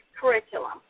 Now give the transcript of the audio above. curriculum